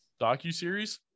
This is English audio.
docuseries